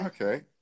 Okay